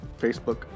Facebook